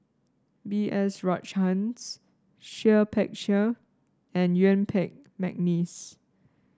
B S Rajhans Seah Peck Seah and Yuen Peng McNeice